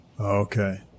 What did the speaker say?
Okay